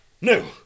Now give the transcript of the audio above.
No